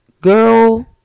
Girl